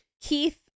Keith